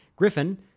Griffin